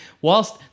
whilst